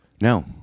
No